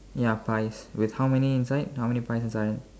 ya pies with how many inside how many pies inside